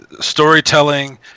storytelling